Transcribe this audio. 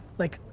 like,